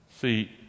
See